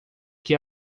que